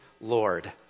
Lord